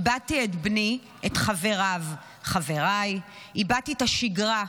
איבדתי את בני, את חבריו, חבריי, איבדתי את השגרה.